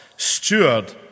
Steward